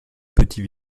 petit